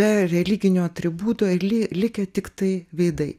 be religinių atributų li likę tiktai veidai